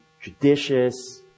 judicious